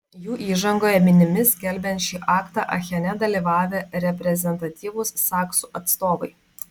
jų įžangoje minimi skelbiant šį aktą achene dalyvavę reprezentatyvūs saksų atstovai